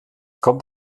kommt